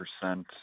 percent